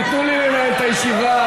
תיתנו לי לנהל את הישיבה.